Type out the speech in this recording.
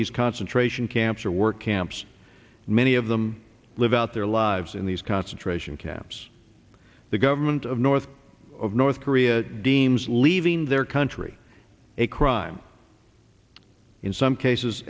these concentration camps or work camps many of them live out their lives in these concentration camps the government of north of north korea deems leaving their country a crime in some cases